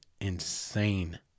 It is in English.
insane